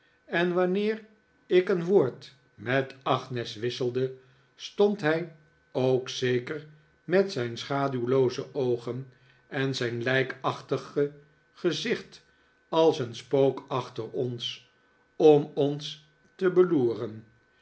en wanneer ik een woord met agnes wisselde stond hij ook zeker met zijn schaduwlooze oogen en zijn lijkachtige gezicht als een spook achter ons om ons te beloeren